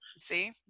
See